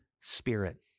spirit